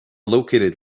located